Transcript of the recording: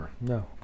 No